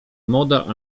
model